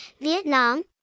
Vietnam